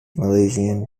malaysian